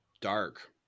Dark